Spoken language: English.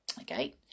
okay